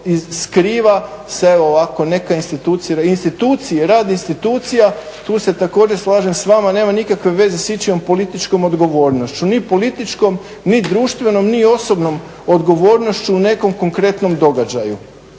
skriva se ovako neka institucija, rad institucija. Tu se također slažem sa vama. Nema nikakve veze sa ičijom političkom odgovornošću ni političkom, ni društvenom, ni osobnom odgovornošću u nekom konkretnom događaju.